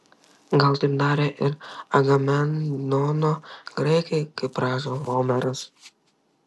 gal taip darė ir agamemnono graikai kaip rašo homeras